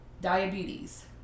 diabetes